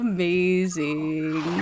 Amazing